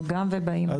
כן, יש לנו, וגם באים.